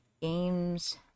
games